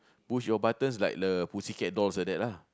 push your buttons like the Pussycat dolls like that lah